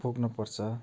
भोग्नु पर्छ